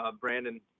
Brandon